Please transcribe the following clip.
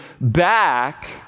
back